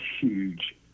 huge